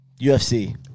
UFC